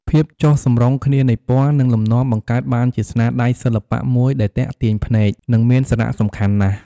ភាពចុះសម្រុងគ្នានៃពណ៌ និងលំនាំបង្កើតបានជាស្នាដៃសិល្បៈមួយដែលទាក់ទាញភ្នែក និងមានសារៈសំខាន់ណាស់។